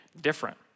different